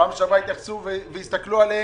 בפעם שעברה התייחסו והסתכלו עליהם,